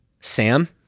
Sam